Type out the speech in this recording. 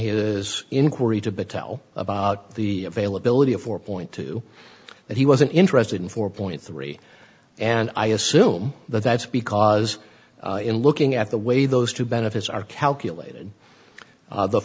his inquiry to battell about the availability of four point two that he wasn't interested in four point three and i assume that that's because in looking at the way those two benefits are calculated the the